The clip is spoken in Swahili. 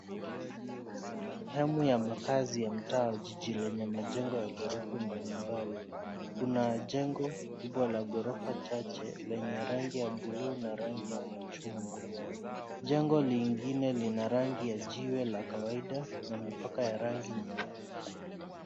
Sehemu ya makaazi ya mtaa wa jiji lenye majengo ya ghorofa mbalimbali. Kuna jengo kubwa la ghorofa chache lenye rangi ya buluu na rangi ya machungwa. Jengo lingine lina rangi ya jiwe la kawaida na mipaka ya rangi nyeupe.